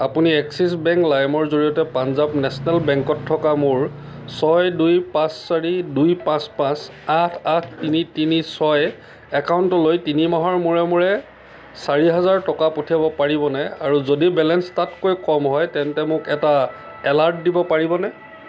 আপুনি Axis bank লাইমৰ জৰিয়তে পাঞ্জাব নেচনেল বেংকত থকা মোৰ ছয় দুই পাঁচ চাৰি দুই পাঁচ পাঁচ আঠ আঠ তিনি তিনি ছয় একাউণ্টলৈ তিনি মাহৰ মূৰে মূৰে চাৰি হাজাৰ টকা পঠিয়াব পাৰিবনে আৰু যদি বেলেঞ্চ তাতকৈ কম হয় তেন্তে মোক এটা এলাৰ্ট দিব পাৰিবনে